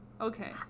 Okay